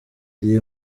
iyi